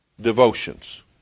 devotions